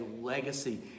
legacy